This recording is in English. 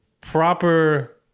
proper